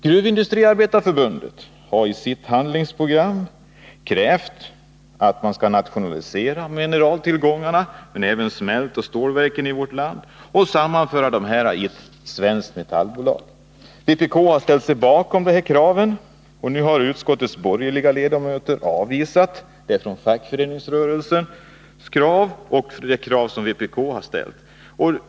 Gruvindustriarbetareförbundet har i sitt handlingprogram krävt att man skall nationalisera mineraltillgångarna liksom även smältoch stålverken i vårt land och sammanföra dem i ett svenskt metallbolag. Vpk har ställt sig bakom detta krav. Utskottets borgerliga ledamöter har nu avvisat fackföreningsrörelsens krav och de krav som vpk har framställt.